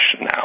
now